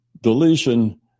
deletion